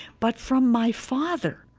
but from my father,